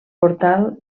portal